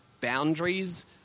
boundaries